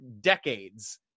decades